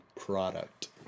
Product